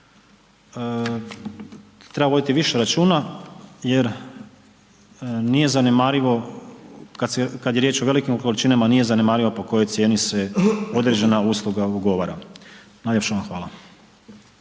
treba voditi više računa jer nije zanemarivo, kad je riječ o velikim količinama, nije zanemarivo po kojoj cijeni se određena usluga ugovara. Najljepša vam hvala.